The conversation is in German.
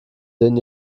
denen